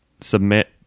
submit